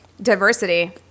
Diversity